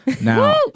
Now